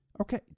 okay